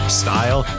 style